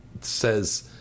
says